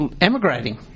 emigrating